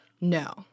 No